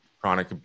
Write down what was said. chronic